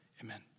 amen